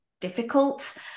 difficult